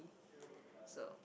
so